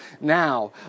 Now